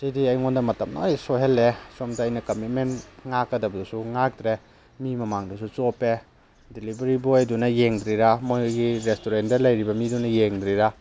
ꯁꯤꯗꯤ ꯑꯩꯉꯤꯟꯗ ꯃꯇꯝ ꯂꯣꯏꯅ ꯁꯣꯏꯍꯜꯂꯦ ꯁꯣꯝꯗ ꯑꯩꯅ ꯀꯝꯃꯤꯠꯃꯦꯟ ꯉꯥꯛꯀꯗꯕꯁꯨ ꯉꯥꯀꯇ꯭ꯔꯦ ꯃꯤ ꯃꯃꯥꯡꯗꯁꯨ ꯆꯣꯞꯄꯦ ꯗꯤꯂꯤꯕꯔꯤ ꯕꯣꯏꯗꯨꯅ ꯌꯦꯡꯗ꯭ꯔꯤꯔ ꯃꯣꯏꯒꯤ ꯔꯦꯁꯇꯨꯔꯦꯟꯗ ꯂꯩꯔꯤꯕ ꯃꯤꯗꯨꯅ ꯌꯦꯡꯗ꯭ꯔꯤꯔ